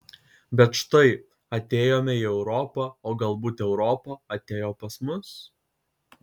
bet štai atėjome į europą o galbūt europa atėjo pas mus